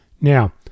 Now